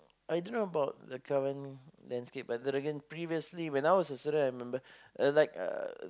I don't know about the current landscape but then again previously when I was a student I remember uh like uh